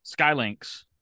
Skylinks